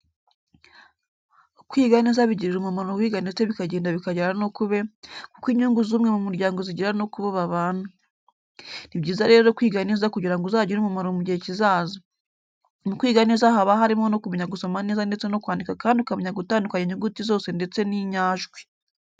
Kwiga neza bigirira umumaro uwiga ndetse bikagenda bikagera no kube, kuko inyungu z'umwe mu muryango zigera no kubo babana. Ni byiza rero kwiga neza kugira ngo uzagire umumaro mu gihe kizaza. Mu kwiga neza haba harimo no kumenya gusoma neza ndetse no kwandika kandi ukamenya gutandukanya inyuguti zose ndetse n'inyajwi.